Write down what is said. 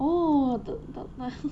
oh tok tok mah